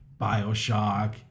Bioshock